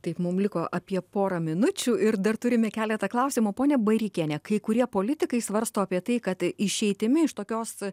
taip mum liko apie porą minučių ir dar turime keletą klausimų pone bareikiene kai kurie politikai svarsto apie tai kad išeitimi iš tokios